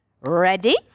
Ready